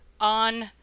on